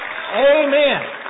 Amen